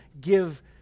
give